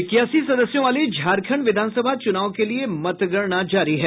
इक्यासी सदस्यों वाली झारखंड विधानसभा चुनाव के लिये मतगणना जारी है